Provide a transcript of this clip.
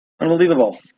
unbelievable